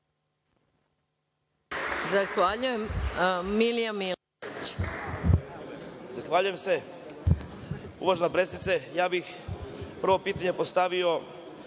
Zahvaljujem